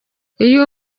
iyo